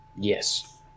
Yes